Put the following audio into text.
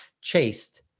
chased